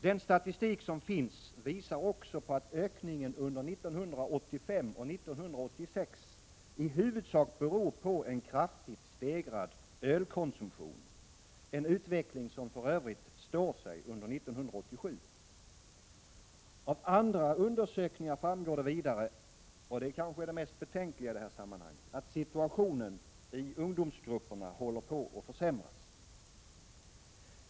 Den statistik som finns visar också på att ökningen under 1985 och 1986 i huvudsak beror på en kraftig stegring av ölkonsumtionen, en utveckling som för övrigt står sig under 1987. Av andra undersökningar framgår det vidare — och det är det mest betänkliga i sammanhanget — att situationen i ungdomsgrupperna håller på att försämras.